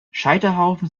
scheiterhaufen